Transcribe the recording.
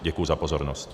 Děkuji za pozornost.